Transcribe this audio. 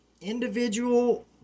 individual